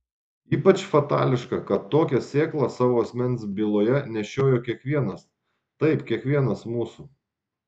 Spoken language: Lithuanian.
ypač fatališka kad tokią sėklą savo asmens byloje nešiojo kiekvienas taip kiekvienas mūsų